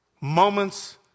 Moments